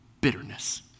Bitterness